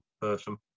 person